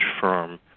firm